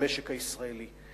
במשק הישראלי,